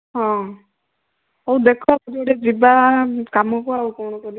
ହଁ ହଉ ଦେଖ ଯେଉଁଠି ଯିବା କାମକୁ ଆଉ କ'ଣ କରିବା